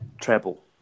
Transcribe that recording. treble